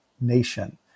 nation